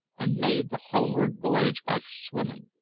and made the homeward voyage by swimming!